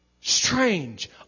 strange